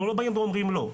אנחנו לא באים ואומרים לא.